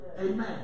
Amen